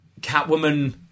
Catwoman